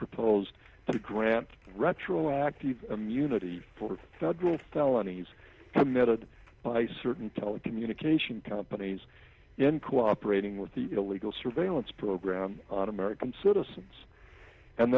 proposed to grant retroactive immunity for federal felonies committed by certain telecommunication companies in cooperating with the illegal surveillance program on american citizens and